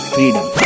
Freedom